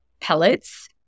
pellets